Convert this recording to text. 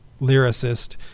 lyricist